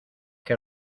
que